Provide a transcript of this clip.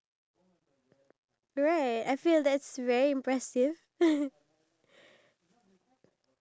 yes exactly I'm gonna be a youtuber but then I just plan like you know we're going to batam